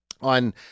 On